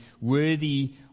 Worthy